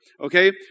okay